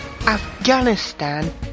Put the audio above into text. Afghanistan